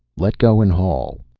let go and haul.